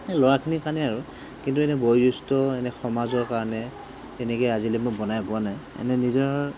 এই ল'ৰাখিনিৰ কাৰণেই আৰু কিন্তু বয়োজ্যেষ্ঠ এনে সমাজৰ কাৰণে তেনেকৈ আজিলৈ মই বনাই পোৱা নাই এনেই নিজৰ